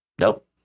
nope